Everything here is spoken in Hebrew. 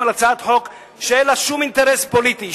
על הצעת חוק שאין לה שום אינטרס פוליטי,